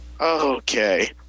Okay